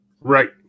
Right